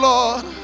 Lord